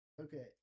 Okay